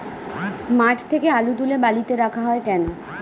মাঠ থেকে আলু তুলে বালিতে রাখা হয় কেন?